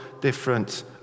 different